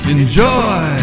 Enjoy